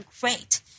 great